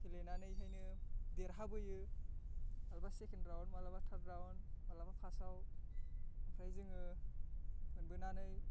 गेलेनानैहायनो देरहाबोयो माब्लाबा second round माब्लाबा थार्ड राउण्ड माब्लाबा फार्स्टआव ओमफ्राय जोङो मोनबोनानै